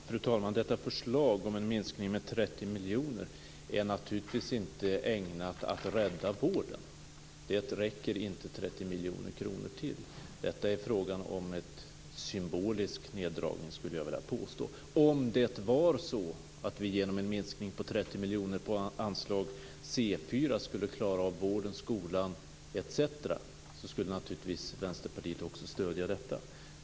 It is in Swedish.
Fru talman! Detta förslag om en minskning med 30 miljoner är naturligtvis inte ägnat att rädda vården. Det räcker inte 30 miljoner kronor till. Det är fråga om en symbolisk neddragning, skulle jag vilja påstå. Om det var så att vi genom en minskning på 30 miljoner kronor på anslag C4 skulle klara av vård, skola etc. skulle naturligtvis också Vänsterpartiet stödja det.